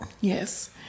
Yes